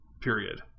Period